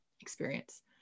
experience